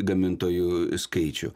gamintojų skaičių